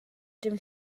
dim